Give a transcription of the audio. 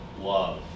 love